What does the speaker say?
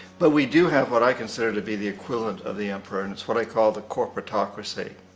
but we do have what i consider to be the equivalent of the emperor and it's what i call the corporatocracy.